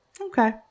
Okay